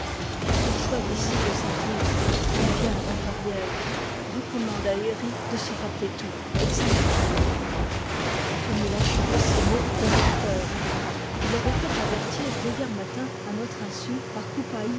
j'aperçois d'ici le saint yves il vient vent arrière recommande à herri de se rappeler tout exactement comme il achevait ces mots le recteur entra il l'avait fait avertir dès hier matin à notre insu par coupaïa